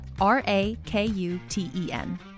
r-a-k-u-t-e-n